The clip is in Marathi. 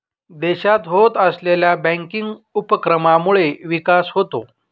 देशात होत असलेल्या बँकिंग उपक्रमांमुळे विकास होतो